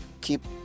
keep